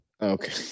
Okay